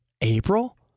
April